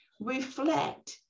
reflect